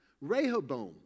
Rehoboam